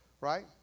right